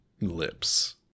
lips